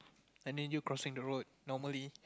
and then you crossing the road normally